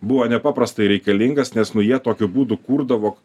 buvo nepaprastai reikalingas nes nu jie tokiu būdu kurdavo